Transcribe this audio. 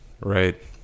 right